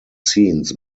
scenes